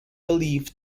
believed